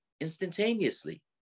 instantaneously